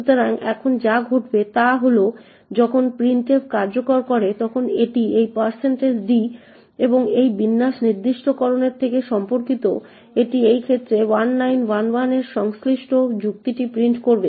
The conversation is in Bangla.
সুতরাং এখন যা ঘটবে তা হল যখন printf কার্যকর করে তখন এটি এই d এবং এই বিন্যাস নির্দিষ্টকরণের সাথে সম্পর্কিত এটি এই ক্ষেত্রে 1911 এর সংশ্লিষ্ট যুক্তিটি প্রিন্ট করবে